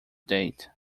date